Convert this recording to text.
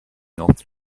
north